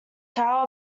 tower